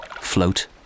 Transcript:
float